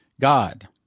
God